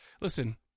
Listen